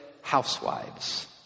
housewives